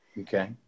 okay